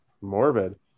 morbid